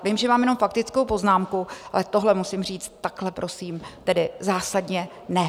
Vím, že mám jenom faktickou poznámku, ale tohle musím říct: takhle prosím tedy zásadně ne!